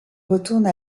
retourne